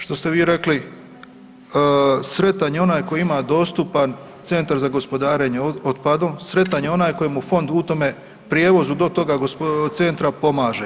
Što ste vi rekli, sretan je onaj koji ima dostupan Centar za gospodarenje otpadom, sretan je onaj kojemu fond u tome prijevozu do toga centra pomaže.